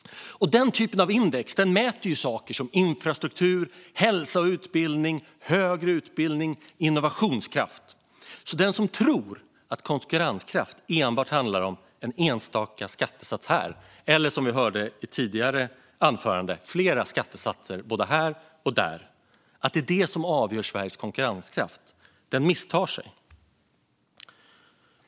Denna typ av index mäter saker som infrastruktur, hälsa och utbildning, högre utbildning och innovationskraft. Den som tror att Sveriges konkurrenskraft enbart handlar om och avgörs av en enstaka skattesats här - eller, som vi hörde i tidigare anförande, flera skattesatser både här och där - misstar sig alltså.